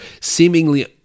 seemingly